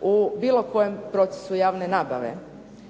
u bilo kojem procesu javne nabave.